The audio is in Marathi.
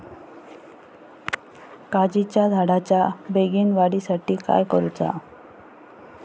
काजीच्या झाडाच्या बेगीन वाढी साठी काय करूचा?